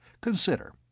Consider